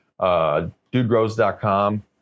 Dudegrows.com